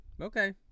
Okay